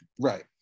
Right